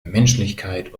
menschlichkeit